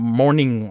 morning